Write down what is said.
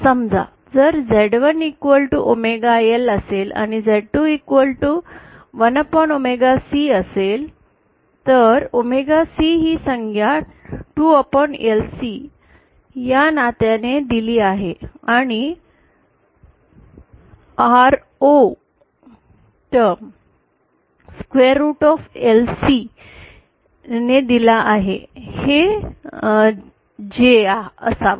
आता समजा जर Z1 omega L असेल आणि Z2 1 omega C असेल तर omega C ही संज्ञा 2LC या नात्याने दिली आहे आणि R0 टर्म squareroot दिली आहे हे J असाव